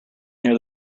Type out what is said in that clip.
near